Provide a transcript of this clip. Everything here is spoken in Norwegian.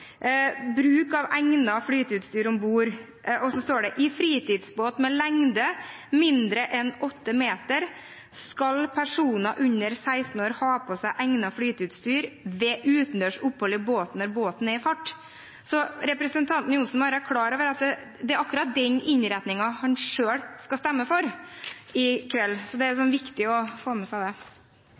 Bruk av egnet flyteutstyr om bord I fritidsbåt med lengde mindre enn åtte meter skal personer under 16 år ha på seg egnet flyteutstyr ved utendørs opphold i båten når båten er i fart.» Representanten Johnsen må være klar over at det er den innretningen han selv skal stemme for i kveld. Så det er viktig å få med seg det.